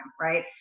right